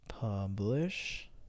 publish